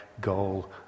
goal